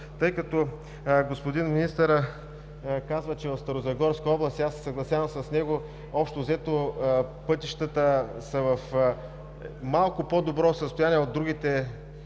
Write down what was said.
разходи. Господин министърът казва, че в Старозагорска област, и аз се съгласявам с него, общо взето, пътищата са в малко по-добро състояние от другите